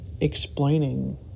explaining